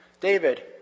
David